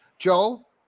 Joel